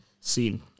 scene